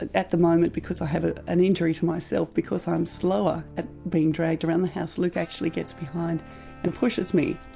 at at the moment because i have an injury to myself, because i'm slower at being dragged around the house, luke actually gets behind and pushes me.